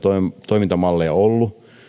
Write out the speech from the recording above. toimintamalleja ollut